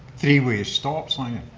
three-way stop sign.